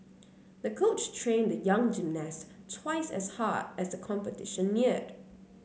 the coach trained the young gymnast twice as hard as the competition neared